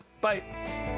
Bye